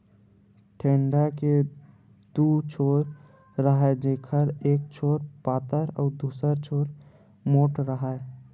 टेंड़ा के दू छोर राहय जेखर एक छोर पातर अउ दूसर छोर मोंठ राहय